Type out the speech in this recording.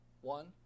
One